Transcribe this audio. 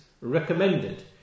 recommended